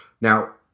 Now